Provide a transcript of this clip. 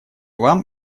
вам